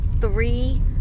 three